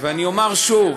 ואני אומר שוב,